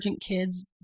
kids